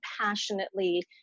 passionately